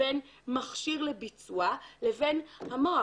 בין מכשיר לביצוע לבין המוח,